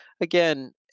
again